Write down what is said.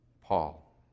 Paul